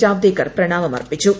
ജാവ്ദേക്കർ പ്രണാമം അർപ്പിച്ചു